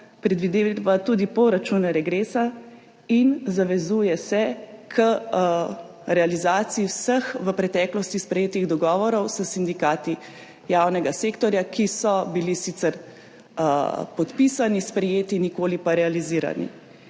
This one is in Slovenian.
Predvideva pa tudi poračun regresa in zavezuje se k realizaciji vseh v preteklosti sprejetih dogovorov s sindikati javnega sektorja, ki so bili sicer podpisani, sprejeti, nikoli pa realizirani.